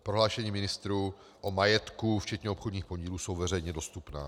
Prohlášení ministrů o majetku včetně obchodních podílů jsou veřejně dostupná.